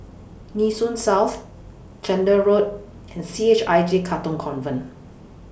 Nee Soon South Chander Road and C H I J Katong Convent